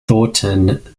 taunton